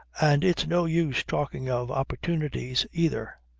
and it's no use talking of opportunities, either.